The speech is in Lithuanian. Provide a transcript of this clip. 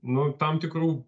nu tam tikrų